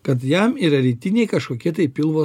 kad jam yra rytiniai kažkokie tai pilvo